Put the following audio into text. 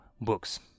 books